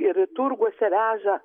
ir turguose veža